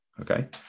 Okay